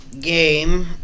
game